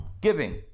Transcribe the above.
giving